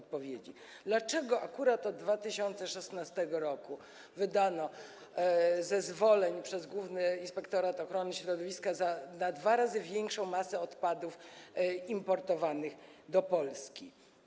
Dlaczego akurat od 2016 r. wydanych zostało zezwoleń przez główny Inspektorat Ochrony Środowiska na dwa razy większą masę odpadów importowanych do Polski?